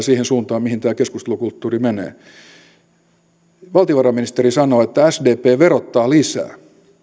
siihen suuntaan mihin tämä keskustelukulttuuri menee valtiovarainministeri sanoo että sdp verottaa lisää